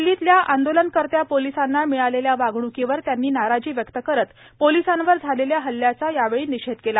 दिल्लीतल्या आंदोलनकर्त्या पोलिसांना मिळालेल्या वागणुकीवर त्यांनी नाराजी व्यक्त करत पोलिसांवर झालेल्या हल्याचा यावेळी निषेध केला